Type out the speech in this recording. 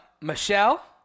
Michelle